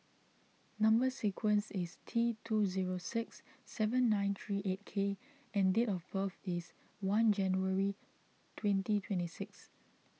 Number Sequence is T two zero six seven nine three eight K and date of birth is one January twenty twenty six